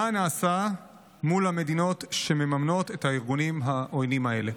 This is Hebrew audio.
מה נעשה מול המדינות שמממנות את הארגונים העוינים האלה?